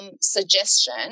suggestion